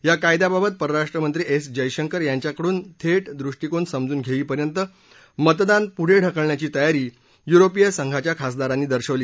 या कायद्याबाबत परराष्ट्रमंत्री एस जयशंकर यांच्याकडून थेट दृष्टीकोन समजून धेईपर्यंत मतदान पुढे ढकलण्याची तयारी युरोपीय संघाच्या खासदारांनी दर्शवली